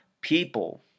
people